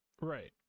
right